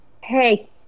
Hey